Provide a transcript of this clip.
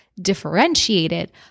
differentiated